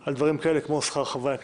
על דברים כאלה כמו שכר חברי הכנסת.